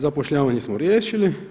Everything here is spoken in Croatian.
Zapošljavanje smo riješili.